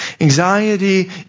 Anxiety